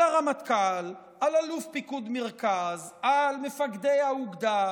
על הרמטכ"ל, על אלוף פיקוד מרכז, על מפקדי האוגדה,